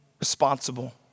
responsible